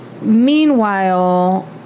meanwhile